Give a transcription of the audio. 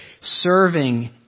serving